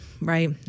right